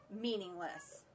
meaningless